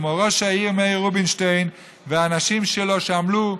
כמו ראש העיר מאיר רובינשטיין והאנשים שלו שעמלו,